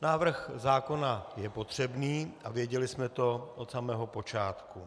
Návrh zákona je potřebný a věděli jsme to od samého počátku.